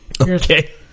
Okay